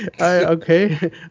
Okay